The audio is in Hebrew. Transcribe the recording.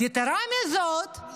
יתרה מזאת,